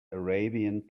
arabian